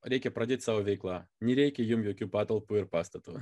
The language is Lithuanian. reikia pradėt savo veiklą nereikia jum jokių patalpų ir pastatų